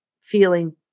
feeling